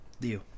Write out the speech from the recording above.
deal